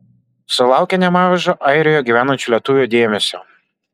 sulaukė nemažo airijoje gyvenančių lietuvių dėmesio